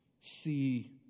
see